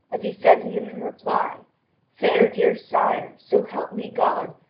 as he said to him in reply fair dear sire, so help me god,